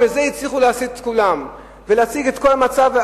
ובזה הצליחו להסית את כולם ולהציג כך את כל המצב.